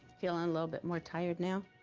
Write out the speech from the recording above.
feeling a little bit more tired now?